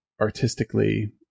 artistically